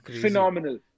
Phenomenal